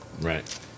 right